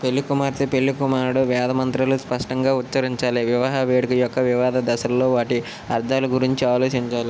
పెళ్లికుమార్తె పెళ్లికుమారుడు వేద మంత్రాలను స్పష్టంగా ఉచ్చరించాలి వివాహ వేడుక యొక్క వివిధ దశలలో వాటి అర్థాల గురించి ఆలోచించాలి